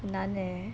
很难 leh